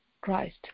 Christ